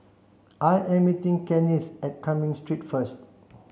I am meeting Kennith at Cumming Street first